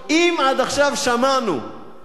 אם עד עכשיו שמענו אירן,